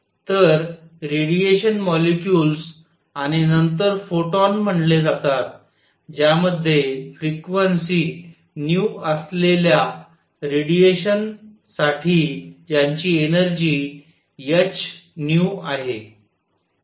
तर radiation molecules आणि नंतर फोटॉन म्हणले जातात ज्यामध्ये फ्रिक्वेन्सी nu असल्येला रेडिएशनसाठी ज्यांची एनर्जी h nu आहे